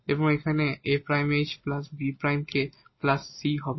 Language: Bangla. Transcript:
এবং এখানে 𝑎 ′ ℎ 𝑏 ′ 𝑘 𝑐 হবে